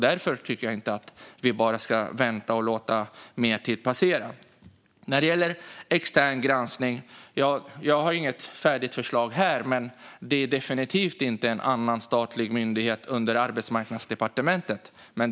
Därför tycker jag inte att vi ska vänta och låta mer tid passera. Jag har inget färdigt förslag i fråga om extern granskning. Det är definitivt inte fråga om en annan statlig myndighet under Arbetsmarknadsdepartementet.